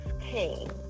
king